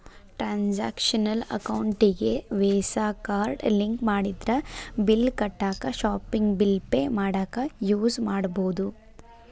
transactional ಅಕೌಂಟಿಗಿ Visa card link ಮಾಡಿದ್ರ bill ಕಟ್ಟಾಕ ಶಾಪಿಂಗ್ ಬಿಲ್ ಪೆ ಮಾಡಾಕ ಯೂಸ್ ಮಾಡಬೋದು